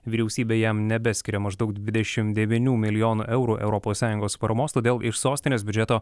vyriausybė jam nebeskiria maždaug dvidešim devynių milijonų eurų europos sąjungos paramos todėl iš sostinės biudžeto